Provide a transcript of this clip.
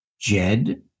Jed